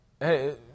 hey